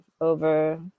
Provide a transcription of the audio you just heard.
over